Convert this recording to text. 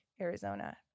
Arizona